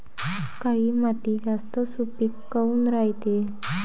काळी माती जास्त सुपीक काऊन रायते?